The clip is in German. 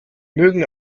mögen